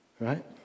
Right